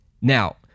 Now